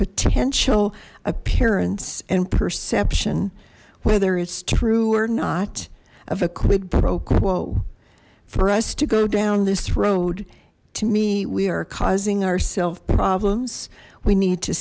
potential appearance and perception whether it's true or not of a quid pro quo for us to go down this road to me we are causing ourself problems we need to